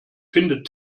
findet